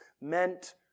meant